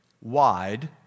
wide